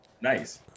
Nice